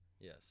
Yes